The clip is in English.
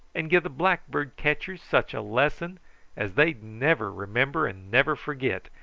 and give the blackbird catchers such a lesson as they'd never remember and never forget,